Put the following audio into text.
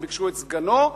הם ביקשו את סגנו,